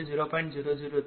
u